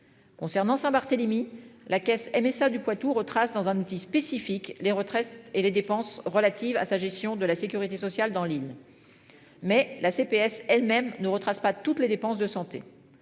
Concernant Saint-Barthélemy la caisse MSA du Poitou retrace dans un petit spécifique, les retraites et les dépenses relatives à sa gestion de la sécurité sociale dans l'île. Mais la CPS elles-mêmes ne retrace pas toutes les dépenses de santé,